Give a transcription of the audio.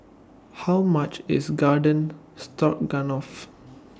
How much IS Garden Stroganoff